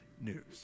news